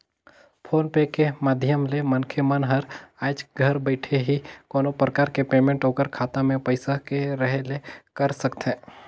phone पे के माधियम ले मनखे मन हर आयज घर बइठे ही कोनो परकार के पेमेंट ओखर खाता मे पइसा के रहें ले कर सकथे